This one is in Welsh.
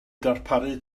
darparu